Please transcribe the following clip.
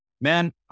Man